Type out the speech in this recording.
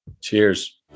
cheers